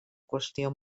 qüestió